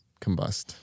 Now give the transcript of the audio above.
combust